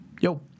yo